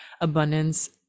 abundance